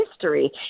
history